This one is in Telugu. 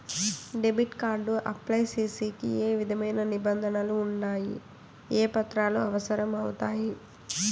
డెబిట్ కార్డు అప్లై సేసేకి ఏ విధమైన నిబంధనలు ఉండాయి? ఏ పత్రాలు అవసరం అవుతాయి?